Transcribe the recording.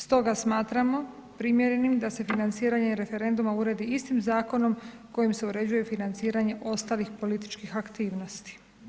Stoga smatramo, primjerenim, da se financiranjem referenduma uredi istim zakonom, koji se uređuje financiranje ostalih političkih aktivnosti.